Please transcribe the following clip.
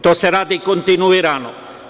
To se radi kontinuirano.